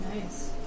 Nice